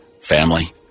family